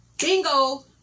bingo